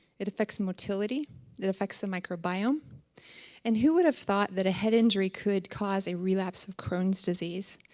it affects motility that affects the microbiome and who would have thought that a head injury could cause a relapse of crohn's disease?